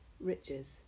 riches